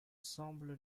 semble